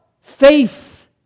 faith